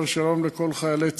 אומר שלום לכל חיילי צה"ל.